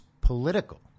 political